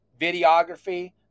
videography